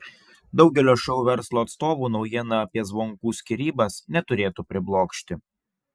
daugelio šou verslo atstovų naujiena apie zvonkų skyrybas neturėtų priblokšti